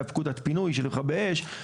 הייתה פקודת פינוי של מכבי אש.